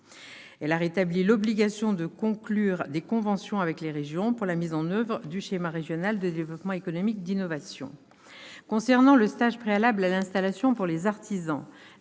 Elle a rétabli l'obligation de conclure des conventions avec les régions pour la mise en oeuvre du schéma régional de développement économique, d'innovation et d'internationalisation. S'agissant du stage préalable à l'installation pour les artisans,